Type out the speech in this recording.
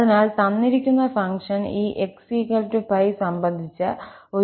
അതിനാൽ തന്നിരിക്കുന്ന ഫംഗ്ഷൻ ഈ 𝑥 𝜋 സംബന്ധിച്ച ഒരു ഈവൻ ഫംഗ്ഷനാണ്